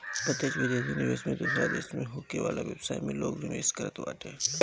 प्रत्यक्ष विदेशी निवेश में दूसरा देस में होखे वाला व्यवसाय में लोग निवेश करत बाटे